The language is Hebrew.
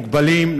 מוגבלים,